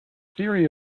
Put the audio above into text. theory